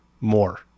more